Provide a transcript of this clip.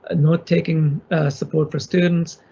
ah not taking support for students,